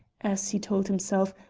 as, he told himself,